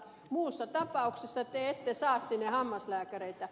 muussa tapauksessa te ette saa sinne hammaslääkäreitä